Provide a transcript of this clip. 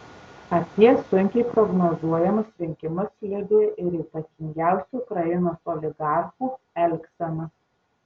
apie sunkiai prognozuojamus rinkimus liudija ir įtakingiausių ukrainos oligarchų elgsena